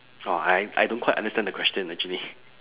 orh I I don't quite understand the question actually